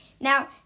now